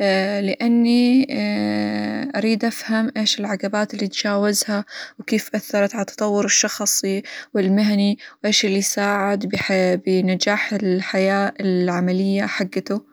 لأني أريد أفهم إيش العقبات اللي تجاوزها، وكيف أثرت على تطوره الشخصي والمهني، وإيش اللي ساعد -بحيا- بنجاح الحياة العملية حقته.